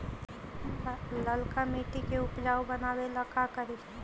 लालका मिट्टियां के उपजाऊ बनावे ला का करी?